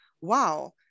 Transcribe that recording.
wow